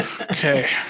Okay